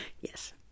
Yes